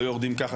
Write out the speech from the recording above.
לא יורדים ככה,